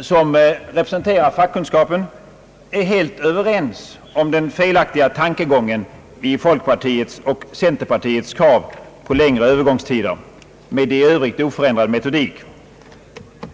som representerar fackkunskapen, är helt överens om den felaktiga tankegången i folkpartiets och centerpartiets krav på längre övergångstider men i Övrigt oförändrad metodik.